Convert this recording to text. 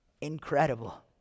incredible